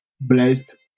Blessed